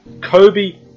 Kobe